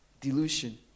delusion